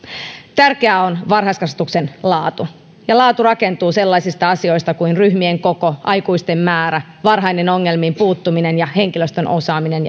tärkeää on varhaiskasvatuksen laatu ja laatu rakentuu sellaisista asioista kuin ryhmien koko aikuisten määrä varhainen ongelmiin puuttuminen ja henkilöstön osaaminen